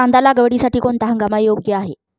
कांदा लागवडीसाठी कोणता हंगाम योग्य आहे?